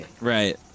Right